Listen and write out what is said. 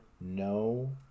no